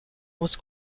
was